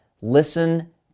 listen